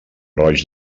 roig